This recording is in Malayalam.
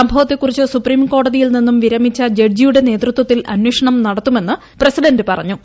സംഭവത്തെ കുറിച്ച് സൂപ്രീംകോടതിയിൽ നിന്നും വിരമിച്ച ജഡ്ജിയുടെ നേതൃത്വത്തിൽ അന്വേഷണം നടത്തുമെന്ന് പ്രസിഡന്റ് പറഞ്ഞു